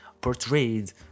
portrayed